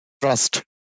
trust